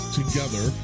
together